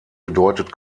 bedeutet